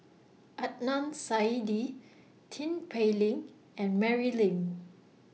Adnan Saidi Tin Pei Ling and Mary Lim